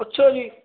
ਅੱਛਾ ਜੀ